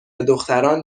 دختران